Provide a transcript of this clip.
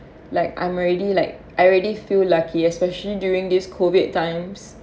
like I'm already like I already feel lucky especially during this COVID times